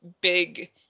big